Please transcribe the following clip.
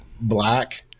black